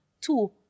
Two